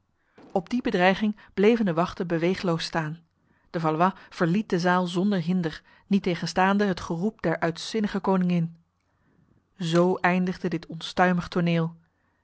op die bedreiging bleven de wachten beweegloos staan de valois verliet de zaal zonder hinder niettegenstaande het geroep der uitzinnige koningin zo eindigde dit onstuimig toneel